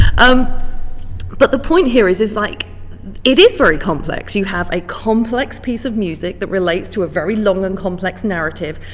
um but the point here is is like it is very complex, you have a complex piece of music that relates to a very long and complex narrative,